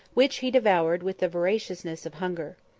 which he devoured with the voraciousness of hunger.